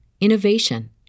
innovation